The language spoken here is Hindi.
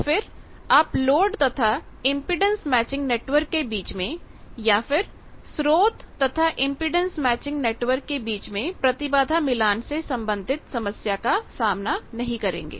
तो फिर आप लोड तथा इंपेडेंस मैचिंग नेटवर्क के बीच में या फिर स्रोत तथा इंपेडेंस मैचिंग नेटवर्क के बीच में प्रतिबाधा मिलान से संबंधित समस्या का सामना नहीं करेंगे